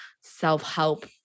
self-help